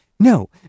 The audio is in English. No